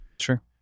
sure